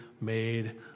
made